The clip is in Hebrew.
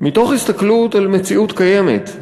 מתוך הסתכלות על מציאות קיימת.